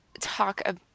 talk